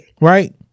Right